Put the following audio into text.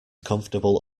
comfortable